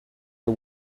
you